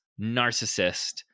narcissist